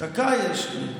דקה יש לי.